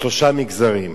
שלושה מגזרים,